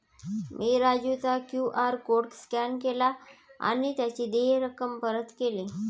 मी राजाचा QR code scan केला आणि त्याची देय रक्कम परत केली